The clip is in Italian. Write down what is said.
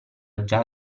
già